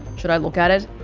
should i look at it?